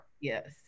yes